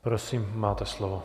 Prosím, máte slovo.